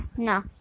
No